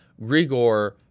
Grigor